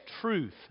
truth